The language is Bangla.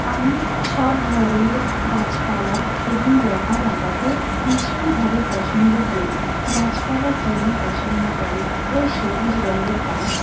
আমি সব ধরনের গাছপালা এবং লতা লাগাতে ভীষণভাবে পছন্দ করি গাছপালা কে না পছন্দ করে ওই সবুজ রংয়ের গাছ